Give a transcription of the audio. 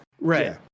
right